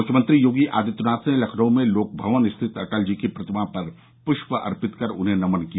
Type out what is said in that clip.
मुख्यमंत्री योगी आदित्यनाथ ने लखनऊ में लोकभवन स्थित अटल जी की प्रतिमा पर पृष्य अर्पित कर उन्हें नमन किया